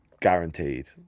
guaranteed